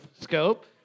Scope